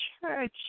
church